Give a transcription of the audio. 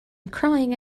crying